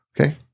Okay